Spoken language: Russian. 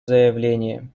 заявление